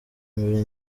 mbere